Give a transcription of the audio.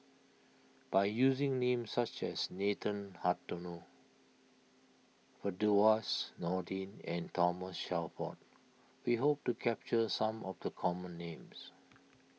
by using names such as Nathan Hartono Firdaus Nordin and Thomas Shelford we hope to capture some of the common names